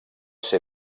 ser